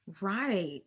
Right